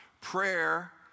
Prayer